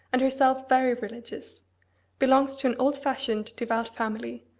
and herself very religious belongs to an old-fashioned, devout family.